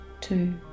two